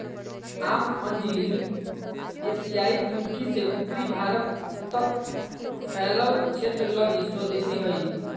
आम अंजीर एशियाई तुर्की से उत्तरी भारत तक फैलल क्षेत्र लगी स्वदेशी हइ